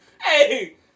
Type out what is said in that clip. hey